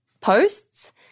posts